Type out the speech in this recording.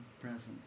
presence